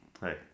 Hey